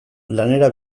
lanera